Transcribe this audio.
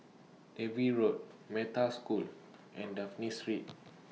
Dalvey Road Metta School and Dafne Street